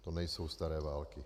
To nejsou staré války.